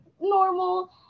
normal